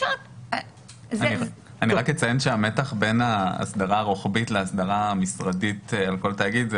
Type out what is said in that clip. אני רק אציין שהמתח בין ההסדרה הרוחבית להסדרה המשרדית על כל תאגיד,